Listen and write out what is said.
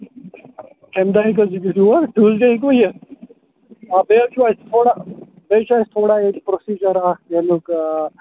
کَمہِ دۄہ ہیٚکِو تُہۍ یور ٹوٗزڈے ہیٚکِوٕ یِتھ آ بیٚیہِ حظ چھُو اَسہِ تھوڑا بیٚیہِ چھُ اَسہِ تھوڑا ییٚتہِ پرٛوسیٖجَر اَکھ ییٚمیُک